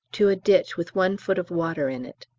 to a ditch with one foot of water in it.